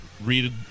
read